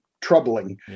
troubling